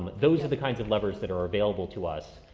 those are the kinds of levers that are are available to us,